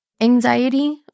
anxiety